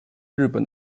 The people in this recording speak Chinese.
日本